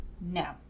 No